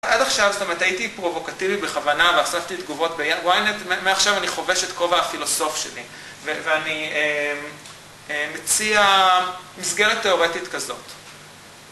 עד עכשיו, זאת אומרת, הייתי פרובוקטיבי בכוונה ואספתי תגובות ב-ynet, מעכשיו אני חובש את כובע הפילוסוף שלי, ואני מציע מסגרת תאורטית כזאת.